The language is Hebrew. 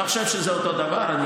אתה חושב שזה אותו דבר?